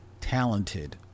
talented